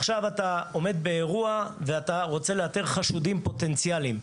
כשאתה עומד באירוע ואתה רוצה לאתר חשודים פוטנציאליים,